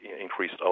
increased